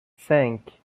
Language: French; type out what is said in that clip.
cinq